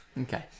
Okay